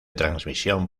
transmisión